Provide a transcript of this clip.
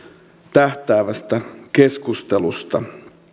tähtäävästä keskustelusta